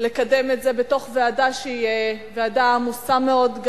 לקדם את זה בתוך ועדה שהיא ועדה עמוסה מאוד,